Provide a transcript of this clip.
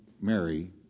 Mary